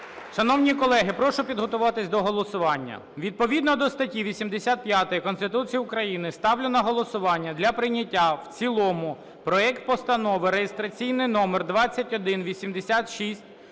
Шановні колеги, прошу підготуватись до голосування. Відповідно до статті 85 Конституції України ставлю на голосування для прийняття в цілому проект Постанови (реєстраційний номер 2186)